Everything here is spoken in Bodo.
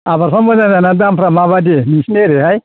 आबादफ्रा मोजां जानानै दामफ्रा माबादि नोंसोरनि ओरैहाय